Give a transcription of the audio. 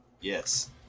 yes